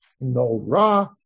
No-Ra